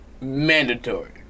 Mandatory